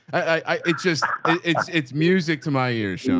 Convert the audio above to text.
i, it just it's it's music to my ears. you know